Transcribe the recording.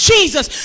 Jesus